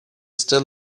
still